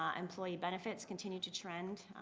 um employee benefits continue to trend